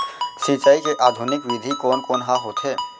सिंचाई के आधुनिक विधि कोन कोन ह होथे?